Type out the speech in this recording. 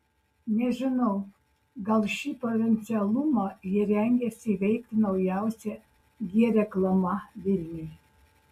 nežinau gal šį provincialumą jie rengiasi įveikti naujausia g reklama vilniui